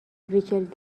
ریچل